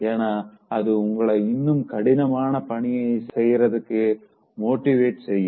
ஏனா அது உங்கள இன்னும் கடினமான பணிய செய்யறதுக்கு மோட்டிவேட் செய்யும்